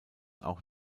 auch